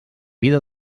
vida